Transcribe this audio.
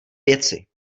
věci